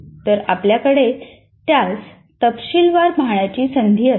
तर आपल्याकडे त्यास तपशीलवार पाहण्याची संधी असेल